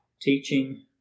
teaching